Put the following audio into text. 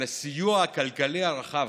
על הסיוע הכלכלי הרחב,